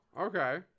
Okay